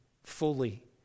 Fully